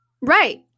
right